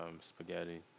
spaghetti